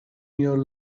your